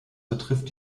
betrifft